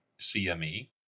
CME